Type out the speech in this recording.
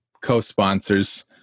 co-sponsors